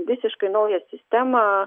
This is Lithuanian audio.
visiškai naują sistemą